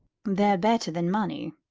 they're better than money.